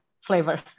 flavor